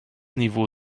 niveau